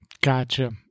Gotcha